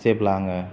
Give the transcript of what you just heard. जेब्ला आङो